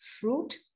fruit